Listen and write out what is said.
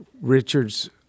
Richard's